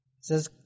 says